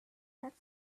that